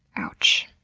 ouch,